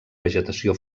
vegetació